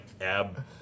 ab